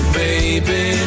baby